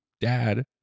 dad